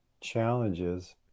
challenges